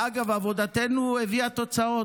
אגב, עבודתנו הביאה תוצאות.